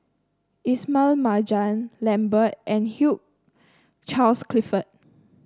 Ismail Marjan Lambert and Hugh Charles Clifford